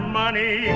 money